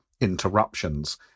interruptions